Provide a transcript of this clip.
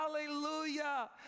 hallelujah